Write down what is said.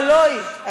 אבל לא היא,